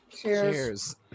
Cheers